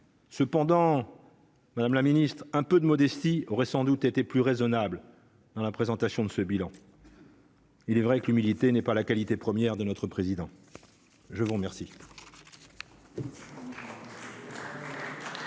Cependant, Madame la Ministre, un peu de modestie aurait sans doute été plus raisonnable dans la présentation de ce bilan. Il est vrai que l'humilité n'est pas la qualité première de notre président, je vous remercie.